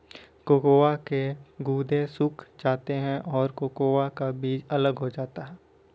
cocoa के गुदे सूख जाते हैं तथा कोकोआ का बीज अलग हो जाता है